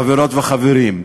חברות וחברים,